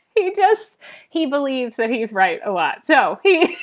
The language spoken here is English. he just he believes that he is right a lot. so he